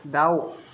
दाउ